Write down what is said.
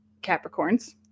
Capricorns